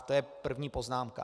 To je první poznámka.